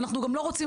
ואנחנו גם לא רוצים,